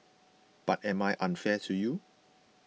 but am I unfair to you